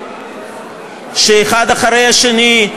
האחד אחרי השני,